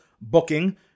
booking